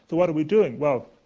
so, what are we doing? well,